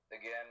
again